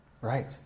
Right